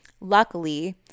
Luckily